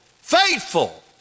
faithful